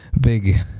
big